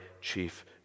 chief